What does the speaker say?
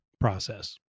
process